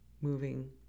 moving